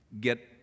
get